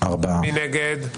מי נגד?